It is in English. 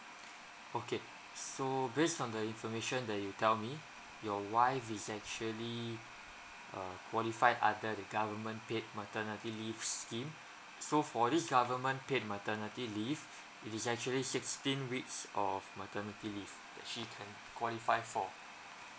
okay so based on the information that you tell me your wife is actually uh qualified under the government paid maternity leave scheme so for this government paid maternity leave it is actually sixteen weeks of maternity leave that she can qualify for